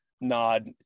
nod